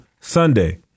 Sunday